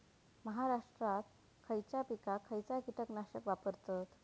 महाराष्ट्रात खयच्या पिकाक खयचा कीटकनाशक वापरतत?